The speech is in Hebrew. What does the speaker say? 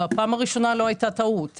בפעם הראשונה לא הייתה טעות,